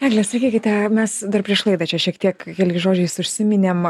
egle sakykite mes dar prieš laidą čia šiek tiek keliais žodžiais užsiminėm